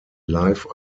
live